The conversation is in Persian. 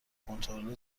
کنترل